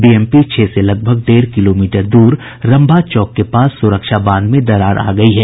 BMP छह से लगभग डेढ़ किलोमीटर रम्भा चौक के पास सुरक्षा बांध में दरार आ गयी है